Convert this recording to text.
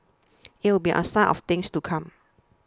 it would be a sign of things to come